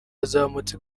yazamutse